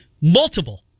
Multiple